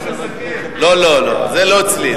זה לא אצלי.